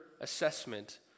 assessment